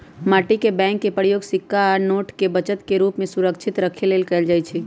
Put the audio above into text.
माटी के बैंक के प्रयोग सिक्का आ नोट के बचत के रूप में सुरक्षित रखे लेल कएल जाइ छइ